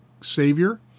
Savior